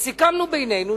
וסיכמנו בינינו,